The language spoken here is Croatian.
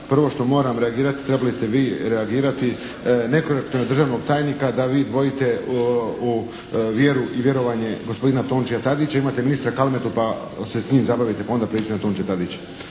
Prvo što moram reagirati, trebali ste vi reagirati nekorektno je od državnog tajnika da vi dvojite o, vjeru i vjerovanje gospodina Tončija Tadića. Imate ministra Kalmetu pa se s njim zabavite pa onda prijeđite na Tončija Tadića.